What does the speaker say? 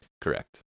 Correct